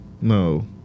No